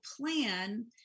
plan